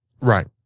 right